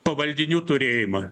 pavaldinių turėjimą